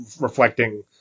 reflecting